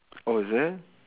oh is it